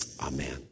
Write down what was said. Amen